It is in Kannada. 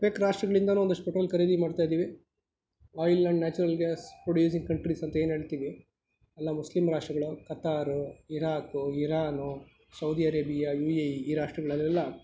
ಬೇರೆ ರಾಷ್ಟ್ರಗಳಿಂದಲೂ ಒಂದಷ್ಟು ಪೆಟ್ರೋಲ್ ಖರೀದಿ ಮಾಡ್ತಾಯಿದ್ದೀವಿ oil and natural gas producing countries ಅಂತ ಏನು ಹೇಳ್ತೀವಿ ಎಲ್ಲ ಮುಸ್ಲಿಮ್ ರಾಷ್ರ್ಟಗಳು Qatar Iraq Iran Saudi Arabia U A E ಈ ರಾಷ್ಟ್ರಗಳಲ್ಲೆಲ್ಲ